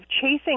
chasing